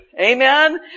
amen